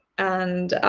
and